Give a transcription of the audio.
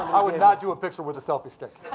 i would not do a picture with a selfie stick.